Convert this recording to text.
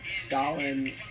Stalin